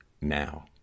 now